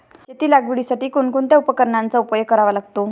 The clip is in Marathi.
शेती लागवडीसाठी कोणकोणत्या उपकरणांचा उपयोग करावा लागतो?